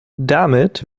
damit